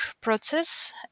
process